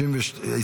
ב'.